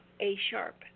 A-sharp